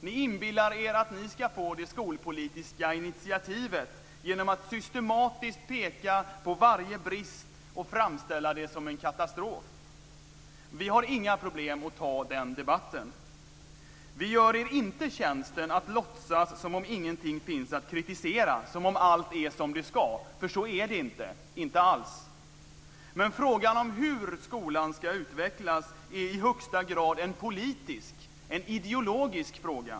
Ni inbillar er att ni ska få det skolpolitiska initiativet genom att systematiskt peka på varje brist och framställa det som en katastrof. Vi har inga problem att ta den här debatten. Vi gör er inte tjänsten att låtsas som om ingenting finns att kritisera, som om allt är som det ska, för så är det inte, inte alls. Men frågan om hur skolan ska utvecklas är i högsta grad en politisk, ideologisk fråga.